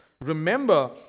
remember